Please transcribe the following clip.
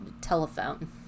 telephone